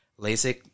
LASIK